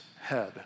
head